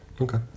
Okay